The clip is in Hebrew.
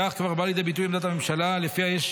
בכך כבר באה לידי ביטוי עמדת הממשלה שלפיה יש